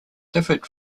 differed